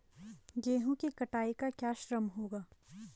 गेहूँ की कटाई का क्या श्रम होगा?